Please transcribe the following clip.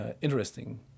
interesting